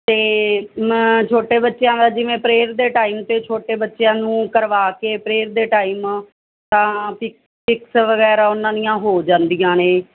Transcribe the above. ਅਤੇ ਛੋਟੇ ਬੱਚਿਆਂ ਦਾ ਜਿਵੇਂ ਪ੍ਰੇਅਰ ਦੇ ਟਾਈਮ 'ਤੇ ਛੋਟੇ ਬੱਚਿਆਂ ਨੂੰ ਕਰਵਾ ਕੇ ਪ੍ਰੇਅਰ ਦੇ ਟਾਈਮ ਤਾਂ ਫਿਕ ਪਿਕਸ ਵਗੈਰਾ ਉਹਨਾਂ ਦੀਆਂ ਹੋ ਜਾਂਦੀਆਂ ਨੇ